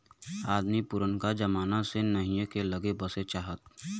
अदमी पुरनका जमाना से नहीए के लग्गे बसे चाहत